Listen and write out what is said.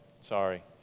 sorry